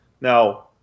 Now